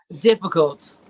Difficult